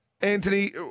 Anthony